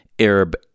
Arab